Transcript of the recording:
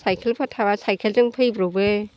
साइकेलफोर थाबा साइकेल जों फैब्रब'बो